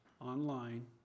online